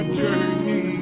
journey